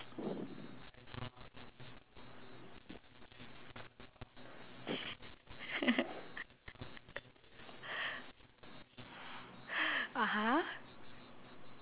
(uh huh)